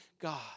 God